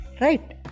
right